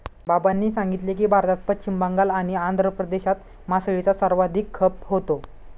बाबांनी सांगितले की, भारतात पश्चिम बंगाल आणि आंध्र प्रदेशात मासळीचा सर्वाधिक खप होतो